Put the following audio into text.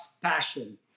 passion